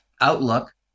outlook